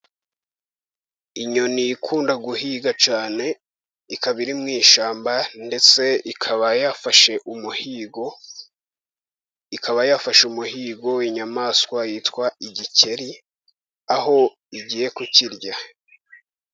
Inyoni ikunda guhiga cyane, ikaba iri mu ishyamba ndetse ikaba yafashe umuhigo, inyamaswa yitwa igikeri, aho igiye kukirya.